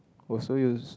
oh so you